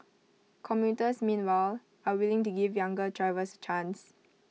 commuters meanwhile are willing to give younger drivers chance